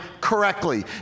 correctly